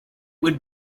would